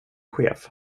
chef